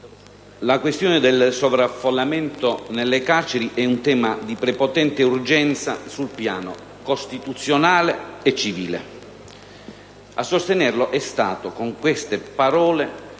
«La questione del sovraffollamento nelle carceri è un tema di prepotente urgenza sul piano costituzionale e civile». A sostenerlo è stato, con queste parole,